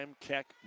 Keck